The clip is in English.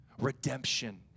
redemption